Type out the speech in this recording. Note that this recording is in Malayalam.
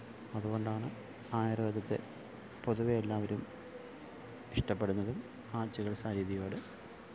അതുകൊണ്ടാണ് ആയുര്വേദത്തെ പൊതുവേ എല്ലാവരും ഇഷ്ടപ്പെടുന്നതും ആ ചികിത്സാരീതിയോട്